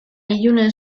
ilunen